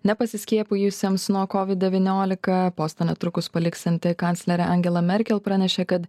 nepasiskiepijusiems nuo kovid devyniolika postą netrukus paliksianti kanclerė angela merkel pranešė kad